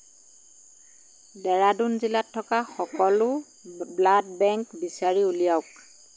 ডেৰাডুন জিলাত থকা সকলো ব্লাড বেংক বিচাৰি উলিয়াওক